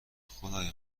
خدای